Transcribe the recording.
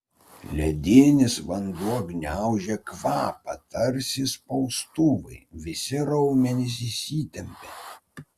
ledinis vanduo gniaužė kvapą tarsi spaustuvai visi raumenys įsitempė